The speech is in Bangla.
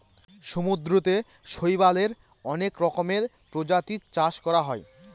সমুদ্রতে শৈবালের অনেক রকমের প্রজাতির চাষ করা হয়